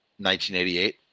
1988